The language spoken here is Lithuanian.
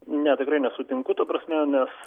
ne tikrai nesutinku ta prasme nes